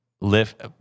Lift